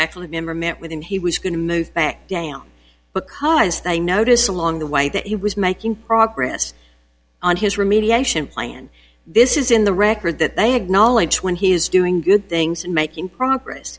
member met with him he was going to move back because they noticed along the way that he was making progress on his remediation plan this is in the record that they acknowledge when he is doing good things and making progress